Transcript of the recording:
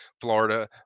Florida